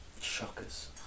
Shockers